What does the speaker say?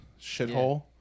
shithole